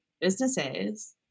businesses